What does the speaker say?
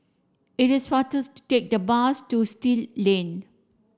it is faster to take the bus to Still Lane